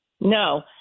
No